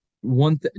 one